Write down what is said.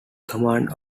command